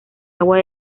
agua